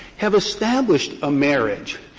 have established a marriage,